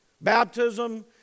Baptism